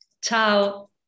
Ciao